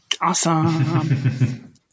awesome